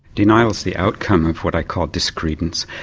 denial is the outcome of what i call discredence,